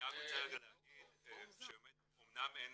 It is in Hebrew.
אני רוצה להגיד שאמנם אין